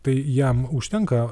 tai jam užtenka